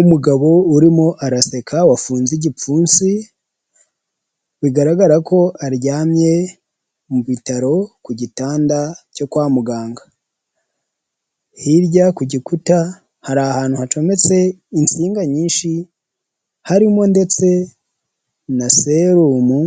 Umugabo urimo araseka wafunze igipfunsi bigaragara ko aryamye mu bitaro ku gitanda cyo kwa muganga hirya ku gikuta hari ahantu hacometse insinga nyinshi harimo ndetse na serumu